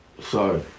sorry